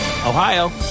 Ohio